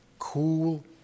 cool